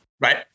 Right